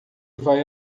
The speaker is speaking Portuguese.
vai